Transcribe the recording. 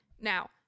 Now